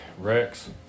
Rex